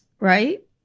right